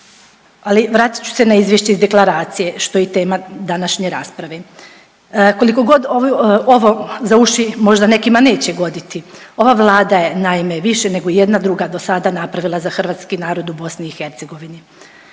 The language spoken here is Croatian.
Ali vratit ću se na izvješće iz deklaracije što je i tema današnje rasprave. Kolikogod ovo za uši možda nekima neće goditi, ova vlada je naime više ijedna druga do sada napravila za hrvatski narod u BiH.